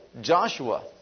Joshua